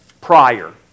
prior